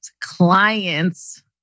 clients